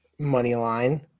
Moneyline